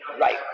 Right